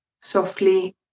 softly